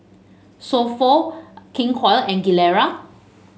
So Pho King Koil and Gilera